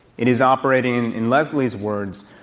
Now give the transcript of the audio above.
it is operating, in leslie's words,